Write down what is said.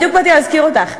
בדיוק באתי להזכיר אותך.